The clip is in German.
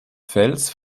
fels